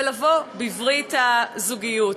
ולבוא בברית הזוגיות.